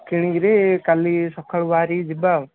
କିଣିକିରି କାଲି ସକାଳୁ ବାହାରିକି ଯିବା ଆଉ